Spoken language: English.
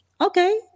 okay